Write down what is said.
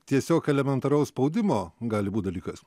tiesiog elementaraus spaudimo gali būt dalykas